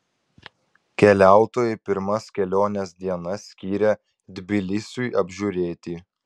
keliautojai pirmas kelionės dienas skyrė tbilisiui apžiūrėti